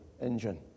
engine